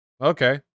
Okay